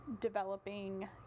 developing